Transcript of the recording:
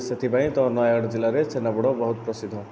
ସେଥିପାଇଁ ତ ନୟାଗଡ଼ ଜିଲ୍ଲାରେ ଛେନାପୋଡ଼ ବହୁତ ପ୍ରସିଦ୍ଧ